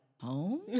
home